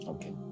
Okay